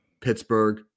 Pittsburgh